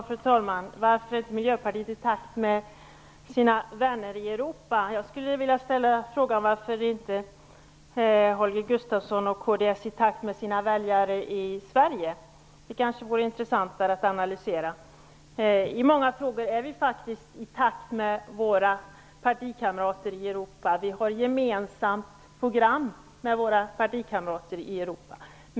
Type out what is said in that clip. Fru talman! Holger Gustafsson undrar varför miljöpartiet inte är i takt med sina vänner i Europa. Jag skulle vilja fråga varför inte Holger Gustafsson och kds är i takt med sina väljare i Sverige. Det kanske vore intressantare att analysera. I många frågor är vi faktiskt i takt med våra partikamrater i Europa. Vi har ett gemensamt program med våra partikamrater i Europa.